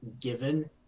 given